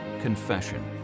confession